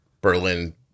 Berlin